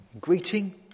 greeting